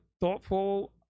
thoughtful